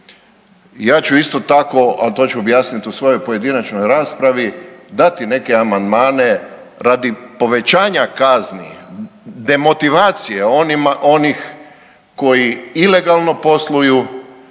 Ja ću isto tako, a to ću objasnit u svojoj pojedinačnoj raspravi, dati neke amandmane radi povećanja kazni, demotivacije onih koji ilegalno posluju